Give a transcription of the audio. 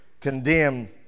condemn